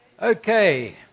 Okay